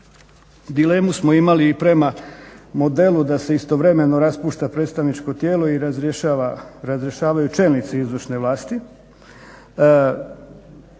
Dilemu smo imali i prema modelu da se istovremeno raspušta predstavničko tijelo i razrješavaju čelnici izvršne vlasti,